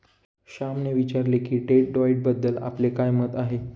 श्यामने विचारले की डेट डाएटबद्दल आपले काय मत आहे?